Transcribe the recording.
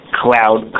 cloud